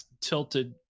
tilted